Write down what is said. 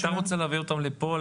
למה אתה רוצה להביא אותם לפה?